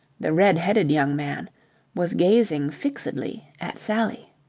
the red-headed young man was gazing fixedly at sally.